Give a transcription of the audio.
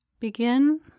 Begin